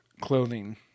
clothing